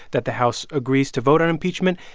that the house agrees to vote on impeachment,